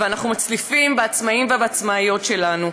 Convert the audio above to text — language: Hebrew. ואנחנו מצליפים בעצמאים ובעצמאיות שלנו.